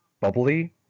bubbly